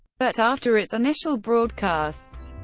but after its initial broadcasts,